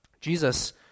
Jesus